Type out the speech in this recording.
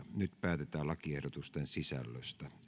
nyt päätetään lakiehdotusten sisällöstä